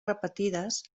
repetides